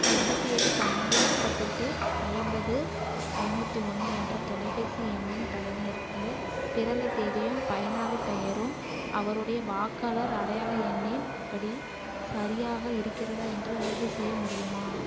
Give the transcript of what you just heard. எம்பத்தி ஏழு பன்னெரெண்டு முப்பத்தெட்டு ஐம்பது ஐநூற்றி ஒன்று என்ற தொலைபேசி எண்ணின் பயனியருக்கு பிறந்த தேதியும் பயனாளிப் பெயரும் அவருடைய வாக்காளர் அடையாள எண்ணின்படி சரியாக இருக்கிறதா என்று உறுதிசெய்ய முடியுமா